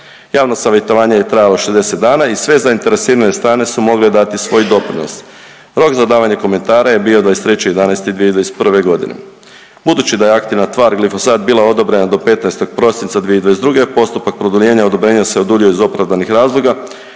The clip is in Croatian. Javno savjetovanje je trajalo 60 dana i sve zainteresirane strane su mogle dati svoj doprinos. Rok za davanje komentara je bio 23.11.2021. godine. Budući da je aktivna tvar glifosat bila odobrena do 15. prosinca 2022., a postupak produljenja odobrenja se oduljio iz opravdanih razloga.